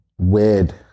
Weird